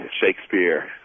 Shakespeare